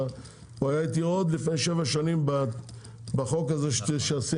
והוא איתי עוד לפני שבע שנים בחוק הזה שעשינו.